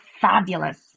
fabulous